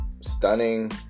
Stunning